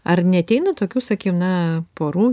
ar neateina tokių sakykim na porų